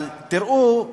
אבל תראו,